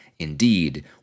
Indeed